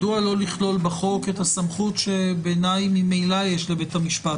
מדוע לא לכלול בחוק את הסמכות שבעיניי ממילא יש לבית משפט?